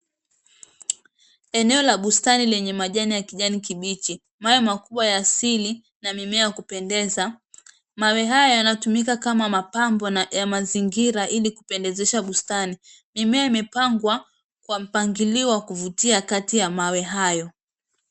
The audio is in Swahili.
Eneo la bustani lenye majani ya kijani kibichi, mawe makubwa ya asili na mimea ya kupendeza . Mawe haya yanatumika kama mapambo ya mazingira ili kupendezesha bustani. Mimea imepangwa kwa mpangilio wa kuvutia kati ya mawe hayo.